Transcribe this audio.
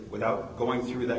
without going through that